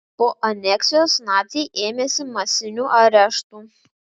po aneksijos naciai ėmėsi masinių areštų